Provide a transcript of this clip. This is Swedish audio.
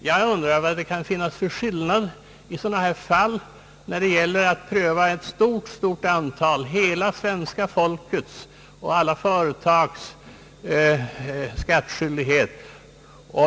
Jag undrar vad det kan finnas för skillnad i sådana fall och då det, som här, gäller att pröva ett stort antal ärenden — hela svenska folkets och alla företags skattskyldighet?